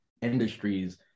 industries